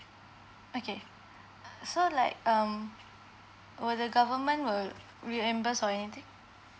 okay so like um will the government will reimburse or anything